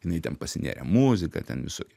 jinai ten pasinėrė į muziką ten visokie